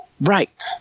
right